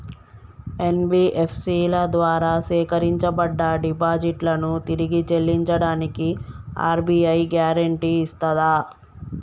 NBFC ల ద్వారా సేకరించబడ్డ డిపాజిట్లను తిరిగి చెల్లించడానికి ఆర్.బి.ఐ గ్యారెంటీ ఇస్తదా?